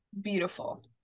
Beautiful